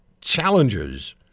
challenges